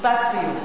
משפט סיום.